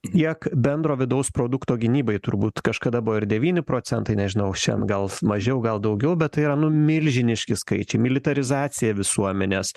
jie bendro vidaus produkto gynybai turbūt kažkada buvo ir devyni procentai nežinau šiandien gal mažiau gal daugiau bet tai yra nu milžiniški skaičiai militarizacija visuomenės